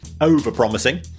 over-promising